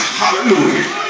hallelujah